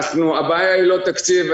הבעיה היא לא תקציב.